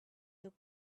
took